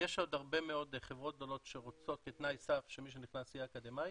שיש עוד הרבה מאוד חברות גדולות שרוצות כתנאי סף שמי שנכנס יהיה אקדמאי,